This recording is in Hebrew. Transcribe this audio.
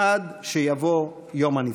עד שיבוא יום הניצחון.